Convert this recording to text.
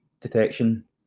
detection